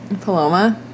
Paloma